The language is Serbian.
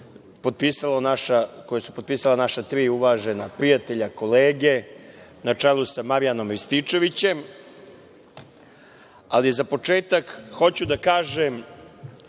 koji su potpisalo naša tri uvažena prijatelja, kolege, na čelu sa Marijanom Rističevićem, ali za početak hoću da kažem